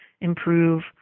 improve